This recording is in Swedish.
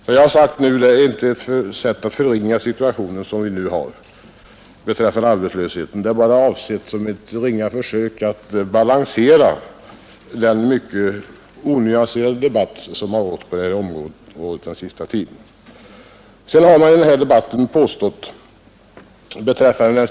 Vad jag nu sagt är inte ett försök att förringa det allvarliga i den situation som råder på arbetsmarknaden — det är avsett som ett ringa försök att balansera den mycket onyanserade debatt som förts på detta område den senaste tiden.